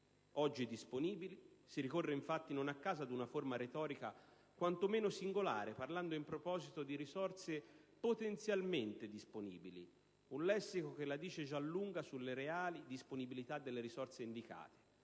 oggi disponibili e si ricorre infatti, non a caso, ad un forma retorica quanto meno singolare, parlando in proposito di risorse «potenzialmente disponibili»: si tratta di un lessico che già la dice lunga sulla reale disponibilità delle risorse indicate.